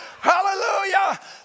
Hallelujah